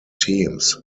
teams